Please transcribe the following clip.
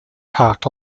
parked